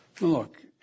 Look